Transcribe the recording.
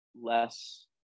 less